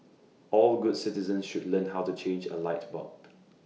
all good citizens should learn how to change A light bulb